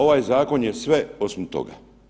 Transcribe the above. Ovaj zakon je sve osim toga.